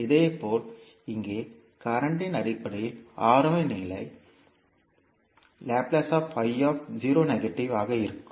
இதேபோல் இங்கே மின்னோட்டத்தின் அடிப்படையில் ஆரம்ப நிலை ஆக இருக்கும்